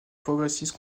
progressiste